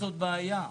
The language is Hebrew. זה בעיה.